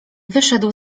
wyszedł